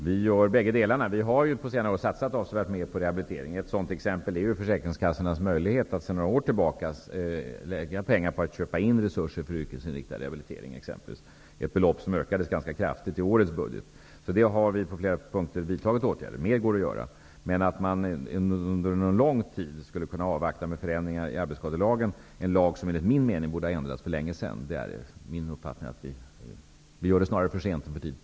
Enligt uppgifter från Sjöfolksförbundets ordförande Anders Lindström har kommunikationsminister Mats Odell krävt att Sjöfolksförbundet avstår från lagliga rättigheter för att regeringen skall lägga ett förslag om ekonomiskt stöd till sjöfarten. Enligt Lindström ville statsrådet att Sjöfolksförbundet under tre år bl.a. skulle avstå från den rätt till fackliga konfliktåtgärder man eljest skulle ha. Regeringen har nu lagt fram ett förslag till temporärt sjöfartsstöd för tiden fram till Sjöfolksförbundet avstår från lagliga rättigheter för att permanenta sjöfartsstödet efter den 1 juli 1993?